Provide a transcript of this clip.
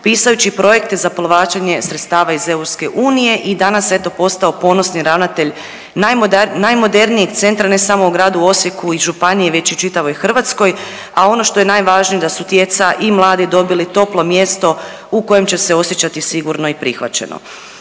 pisajući projekte za povlačenje sredstava iz EU i danas eto postao ponosni ravnatelj najmodernijeg centra ne samo u gradu Osijeku i županiji već i u čitavoj Hrvatskoj, a ono što je najvažnije da su djeca i mladi dobili toplo mjesto u kojem će se osjećati sigurno i prihvaćeno.